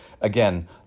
Again